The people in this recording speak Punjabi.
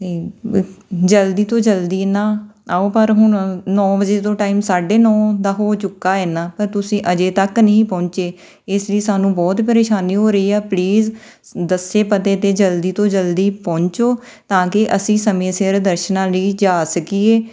ਏ ਜਲਦੀ ਤੋਂ ਜਲਦੀ ਨਾ ਆਓ ਪਰ ਹੁਣ ਨੌਂ ਵਜੇ ਤੋਂ ਟਾਈਮ ਸਾਢੇ ਨੌਂ ਦਾ ਹੋ ਚੁੱਕਾ ਇੰਨਾ ਪਰ ਤੁਸੀਂ ਅਜੇ ਤੱਕ ਨਹੀਂ ਪਹੁੰਚੇ ਇਸ ਲਈ ਸਾਨੂੰ ਬਹੁਤ ਪਰੇਸ਼ਾਨੀ ਹੋ ਰਹੀ ਆ ਪਲੀਜ਼ ਦੱਸੇ ਪਤੇ 'ਤੇ ਜਲਦੀ ਤੋਂ ਜਲਦੀ ਪਹੁੰਚੋ ਤਾਂ ਕਿ ਅਸੀਂ ਸਮੇਂ ਸਿਰ ਦਰਸ਼ਨਾਂ ਲਈ ਜਾ ਸਕੀਏ